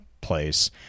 place